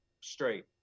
straight